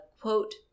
quote